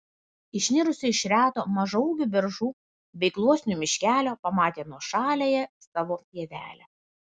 išnirusi iš reto mažaūgių beržų bei gluosnių miškelio pamatė nuošaliąją savo pievelę